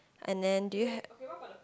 and then do you have